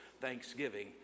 Thanksgiving